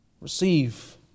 receive